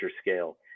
scale